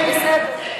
בסדר.